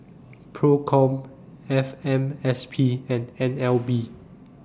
PROCOM F M S P and N L B